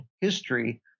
History